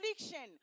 affliction